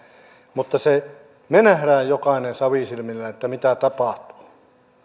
mutta me näemme jokainen savisilmillä mitä tapahtuu